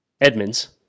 Edmonds